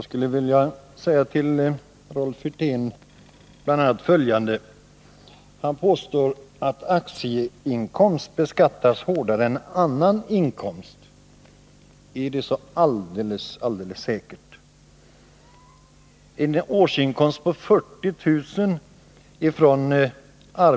Herr talman! Jag skulle bl.a. vilja säga följande till Rolf Wirtén. Han påstår att aktieinkomster beskattas hårdare än annan inkomst. Är det alldeles säkert? En årsinkomst på 40 000 kr.